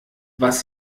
was